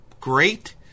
great